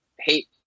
hate